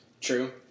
True